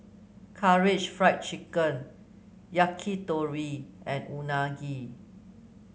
Karaage Fried Chicken Yakitori and Unagi